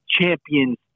champions